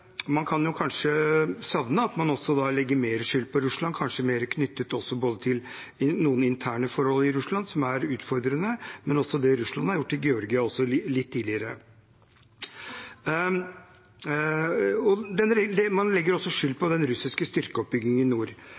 Man kan kanskje savne at man også legger mer skyld på Russland, kanskje mer knyttet til noen interne forhold i Russland, som er utfordrende, men også det Russland har gjort i Georgia litt tidligere. Man legger også skyld på den russiske styrkeoppbyggingen i nord.